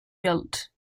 built